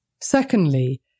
Secondly